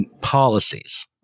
policies